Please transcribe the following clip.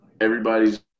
everybody's